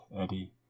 Eddie